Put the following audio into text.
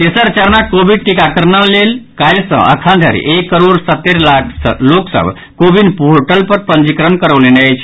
तेसर चरणक कोविड टीकाकरणक लेल काल्हि सँ अखन धरि एक करोड़ सत्तरि लाख लोक सभ कोविन पोर्टल पर पंजीकरण करौलनि अछि